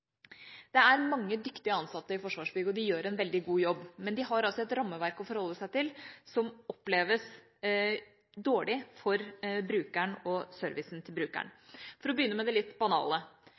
Det er mange dyktige ansatte i Forsvarsbygg, og de gjør en veldig god jobb, men de har altså et rammeverk å forholde seg til som oppleves dårlig for brukeren og servicen til brukeren. For å begynne med det litt banale: